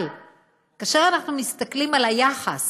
אבל כאשר אנחנו מסתכלים על היחס